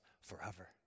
forever